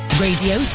Radio